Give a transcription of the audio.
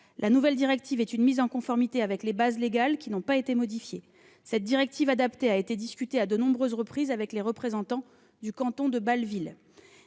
La nouvelle directive est une mise en conformité avec les bases légales, qui n'ont pas été modifiées. Cette directive adaptée a fait l'objet de discussions, à de nombreuses reprises, avec les représentants du canton de Bâle-Ville.